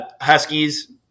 Huskies